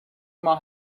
ماه